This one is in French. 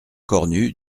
cornu